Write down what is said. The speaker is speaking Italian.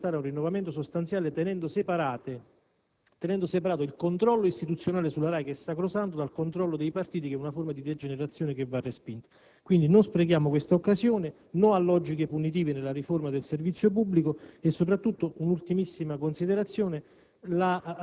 che potrebbe portare ad un rinnovamento sostanziale, tenendo separato il controllo istituzionale sulla RAI, che è sacrosanto, dal controllo dei partiti, che è una forma di degenerazione che va respinta. Non sprechiamo questa occasione; no a logiche punitive nella riforma del servizio pubblico e, soprattutto, come ultima considerazione,